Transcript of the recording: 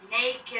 naked